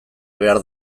behar